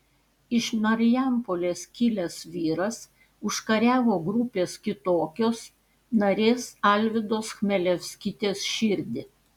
iš marijampolės kilęs vyras užkariavo grupės kitokios narės alvydos chmelevskytės širdį